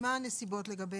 מה הנסיבות לגביהם?